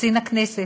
קצין הכנסת,